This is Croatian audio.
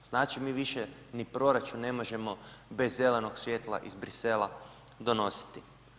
Znači mi više ni proračun ne možemo bez zelenog svjetla iz Brisela donositi.